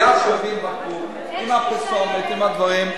ישר מביאים בקבוק, עם הפרסומת, עם הדברים.